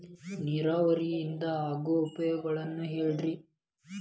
ನೇರಾವರಿಯಿಂದ ಆಗೋ ಉಪಯೋಗಗಳನ್ನು ಹೇಳ್ರಿ